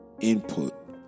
input